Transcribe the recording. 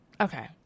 Okay